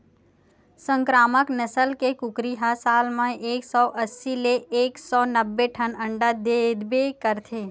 संकरामक नसल के कुकरी ह साल म एक सौ अस्सी ले एक सौ नब्बे ठन अंडा देबे करथे